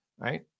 Right